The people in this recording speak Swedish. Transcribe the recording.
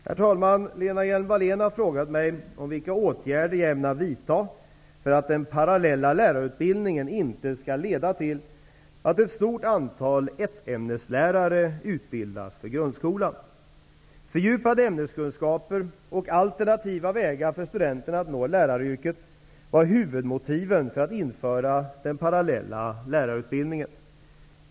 Herr talman! Lena Hjelm-Wallén har frågat mig vilka åtgärder jag ämnar vidta för att den parallella lärarutbildningen inte skall leda till att ett stort antal ett-ämneslärare utbildas för grundskolan. Fördjupade ämneskunskaper och alternativa vägar för studenterna att nå läraryrket var huvudmotiven för att införa den parallella lärarutbildningen.